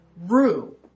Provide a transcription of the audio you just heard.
Rue